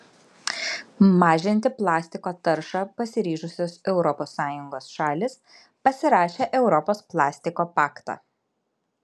mažinti plastiko taršą pasiryžusios europos sąjungos šalys pasirašė europos plastiko paktą